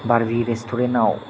बारबि रेस्टुरेन्टयाव